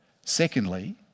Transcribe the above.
Secondly